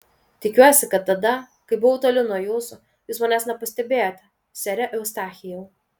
tikiuosi kad tada kai buvau toli nuo jūsų jūs manęs nepastebėjote sere eustachijau